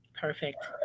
Perfect